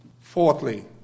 Fourthly